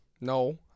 No